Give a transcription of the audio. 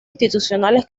institucionales